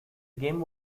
game